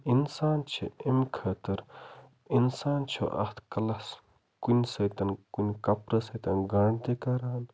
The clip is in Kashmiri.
اِنسان چھِ اَمہِ خٲطر اِنسان چھُ اَتھ کَلس کُنہِ سۭتۍ کُنہِ کَپرٕ سۭتۍ گنٛڈ تہِ کَران